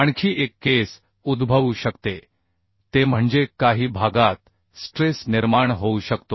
आणखी एक केस उद्भवू शकते ते म्हणजे काही भागात स्ट्रेस निर्माण होऊ शकतो